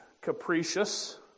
capricious